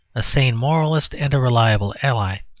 a sane moralist, and a reliable ally.